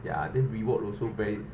ya then reward also very